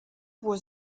was